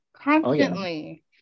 constantly